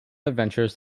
adventures